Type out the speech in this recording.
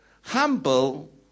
humble